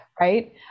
Right